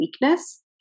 weakness